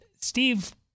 Steve—